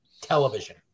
television